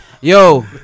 yo